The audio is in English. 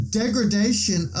degradation